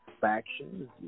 factions